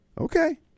Okay